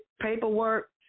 paperwork